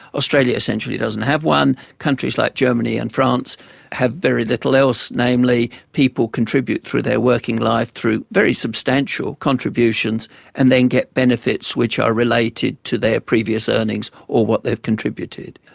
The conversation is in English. australia essentially doesn't have one countries like germany and france have very little else, namely, people contribute through their working life through very substantial contributions and then get benefits which are related to their previous earnings or what they've contributed.